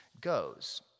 goes